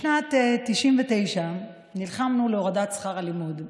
בשנת 1999 נלחמנו על הורדת שכר הלימוד,